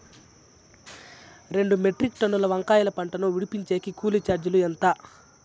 రెండు మెట్రిక్ టన్నుల వంకాయల పంట ను విడిపించేకి కూలీ చార్జీలు ఎంత?